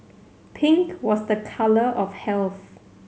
pink was the colour of health